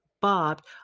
bobbed